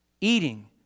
eating